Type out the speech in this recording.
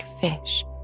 fish